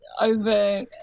over